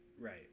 right